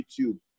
YouTube